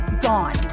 gone